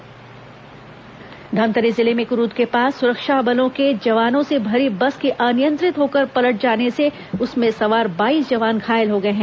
जवान घायल धमतरी जिले में कुरूद के पास सुरक्षा बलों के जवानों से भरी बस के अनियंत्रित होकर पलट जाने उसमें सवार बाईस जवान घायल हो गए हैं